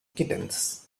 kittens